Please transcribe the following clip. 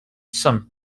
some